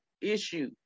issue